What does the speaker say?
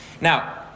Now